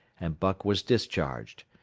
and buck was discharged.